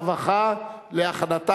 הרווחה והבריאות נתקבלה.